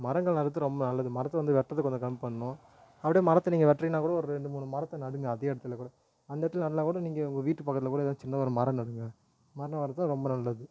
மரங்கள் நடுறது ரொம்ப நல்லது மரத்தை வந்து வெட்டுறத கொஞ்சம் கம்மிப் பண்ணணும் அப்படியே மரத்தை நீங்கள் வெட்டுறீங்கன்னாக் கூட ஒரு ரெண்டு மூணு மரத்தை நடுங்கள் அதே இடத்துலக்கூட அந்த இடத்தில் நடலைனாக்கூட நீங்கள் உங்கள் வீட்டுக்கு பக்கத்தில்கூட எதாவது ஒரு சின்னதாக ஒரு மரம் நடுங்கள் மரம் நடுறது ரொம்ப நல்லது